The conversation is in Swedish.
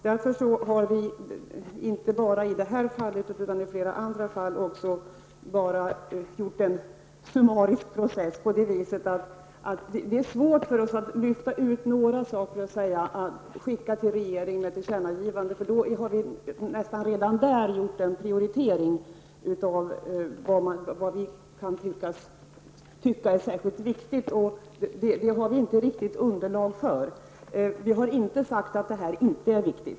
Därför har vi inte bara i det här fallet utan även i flera andra fall gjort en summarisk process. Det är svårt för oss att lyfta fram några frågor att skicka till regeringen med ett tillkännagivande. Att redan på detta stadium göra en prioritering av vad vi kan tycka är särskilt viktigt har vi inte underlag för. Vi har inte sagt att denna fråga inte är viktig.